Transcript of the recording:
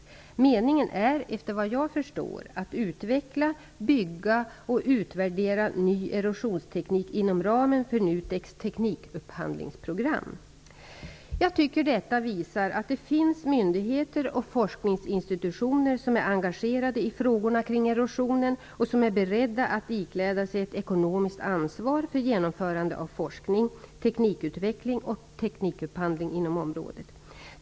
Meningen är, efter vad jag förstår, att utveckla, bygga och utvärdera ny erosionsteknik inom ramen för Jag tycker att detta visar att det finns myndigheter och forskningsinstitutioner som är engagerade i frågorna kring erosionen och som är beredda att ikläda sig ett ekonomiskt ansvar för genomförande av forskning, teknikutveckling och teknikupphandling inom området.